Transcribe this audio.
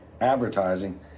advertising